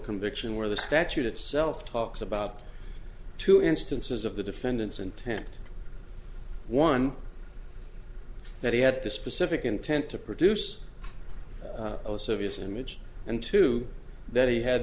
conviction where the statute itself talks about two instances of the defendant's intent one that he had the specific intent to produce a serious image and to that he had